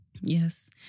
Yes